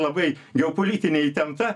labai geopolitinė įtempta